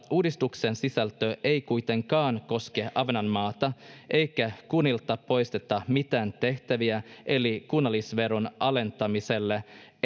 uudistuksen sisältö ei kuitenkaan koske ahvenanmaata eikä kunnilta poisteta mitään tehtäviä eli kunnallisveron alentamiselle